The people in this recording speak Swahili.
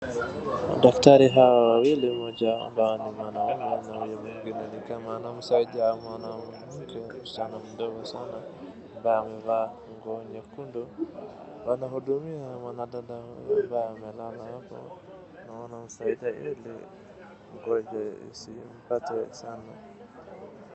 Madaktari hawa wawili, mmoja ambaye ni mwanamume na mwingine ni kama ni msaidizi ama mwanamke msichana mdogo sana ambaye amevaa nguo nyekundu, wanahudumia mwanadada ambaye amelala hapo na wanamsaidia ili mgonjwa isimpate sana.